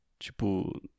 tipo